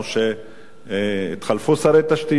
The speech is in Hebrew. כשהתחלפו שרי תשתיות,